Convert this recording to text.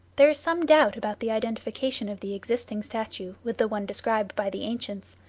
there is some doubt about the identification of the existing statue with the one described by the ancients,